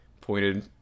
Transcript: pointed